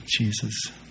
Jesus